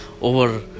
over